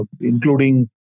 including